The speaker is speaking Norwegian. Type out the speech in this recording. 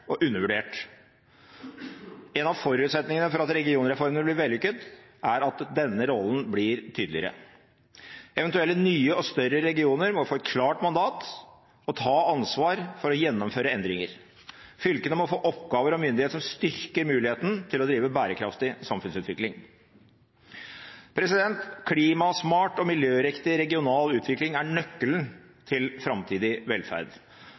og undervurdert. En av forutsetningene for at regionreformen blir vellykket, er at denne rollen blir tydeligere. Eventuelle nye og større regioner må få et klart mandat og ta ansvar for å gjennomføre endringer. Fylkene må få oppgaver og myndighet som styrker muligheten til å drive bærekraftig samfunnsutvikling. Klimasmart og miljøriktig regional utvikling er nøkkelen til framtidig velferd.